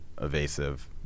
evasive